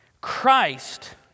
Christ